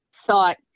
thought